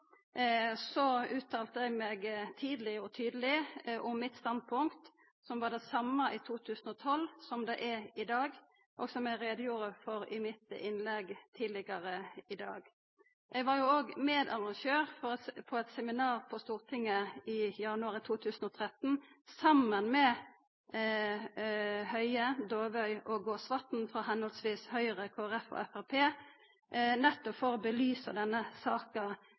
uttalte eg meg tidleg og tydeleg om standpunktet mitt, som var det same i 2012 som det er i dag, og som eg gjorde greie for i innlegget mitt tidlegare i dag. Eg var òg medarrangør for eit seminar på Stortinget i januar 2013 saman med Høie, Dåvøy og Gåsvatn frå respektive Høgre, Kristeleg Folkeparti og Framstegspartiet, nettopp for å belysa denne saka